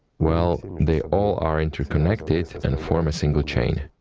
well, they all are interconnected and form a single chain.